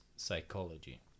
psychology